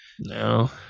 No